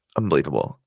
unbelievable